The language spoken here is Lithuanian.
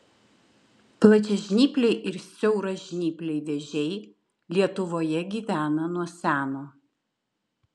plačiažnypliai ir siauražnypliai vėžiai lietuvoje gyvena nuo seno